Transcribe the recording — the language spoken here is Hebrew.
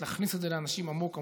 ובאמת להכניס את זה לאנשים עמוק עמוק,